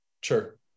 sure